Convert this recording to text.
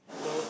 so